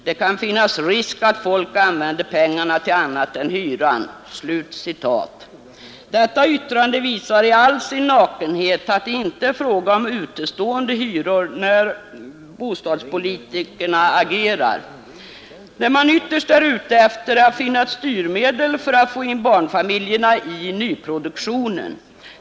Det kan finnas risk att folk använder pengarna till annat än hyrorna.” Detta yttrande visar i all sin nakenhet att det inte är fråga om utestående hyror när de s.k. bostadspolitikerna agerar. Vad man ytterst är ute efter är att finna ett styrmedel för att få in barnfamiljerna i nyproduktionen.